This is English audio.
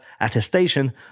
attestation